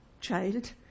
child